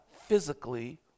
physically